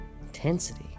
intensity